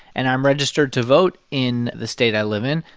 and i'm registered to vote in the state i live in,